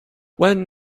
when